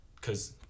cause